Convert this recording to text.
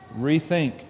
Rethink